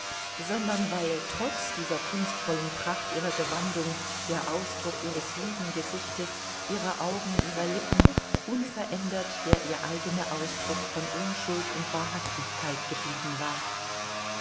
sondern weil trotz dieser kunstvollen pracht ihrer gewandung der ausdruck ihres lieben gesichtes ihrer augen ihrer lippen unverändert der ihr eigene ausdruck von unschuld und wahrhaftigkeit geblieben war